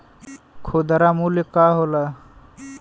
खुदरा मूल्य का होला?